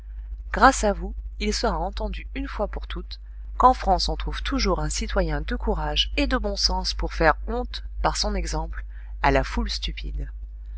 grâce à vous il sera entendu une fois pour toutes qu'en france on trouve toujours un citoyen de courage et de bon sens pour faire honte par son exemple à la foule stupide